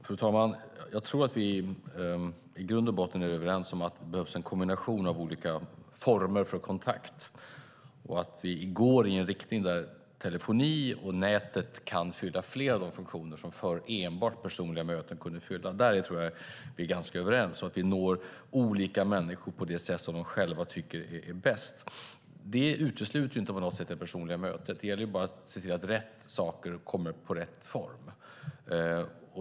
Fru talman! Jag tror att vi i grund och botten är överens om att det behövs en kombination av olika former för kontakt och att vi går i en riktning där telefonin och nätet kan fylla flera av de funktioner som förr enbart personliga möten kunde fylla. Däri tror jag att vi är ganska överens och att vi når människor på de sätt som de själva tycker är bäst. Det utesluter inte på något sätt det personliga mötet. Det gäller bara att se till att rätt saker kommer i rätt form.